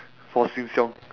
for seng-siong